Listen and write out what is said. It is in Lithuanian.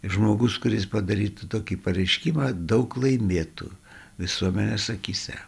žmogus kuris padarytų tokį pareiškimą daug laimėtų visuomenės akyse